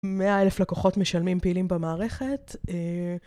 מאה אלף לקוחות משלמים פעילים במערכת.